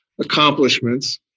accomplishments